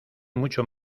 mucho